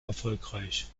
erfolgreich